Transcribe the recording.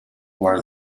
war